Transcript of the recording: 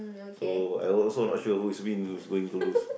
so I also not sure who is win who is going to lose